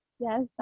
yes